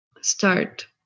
start